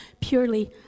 purely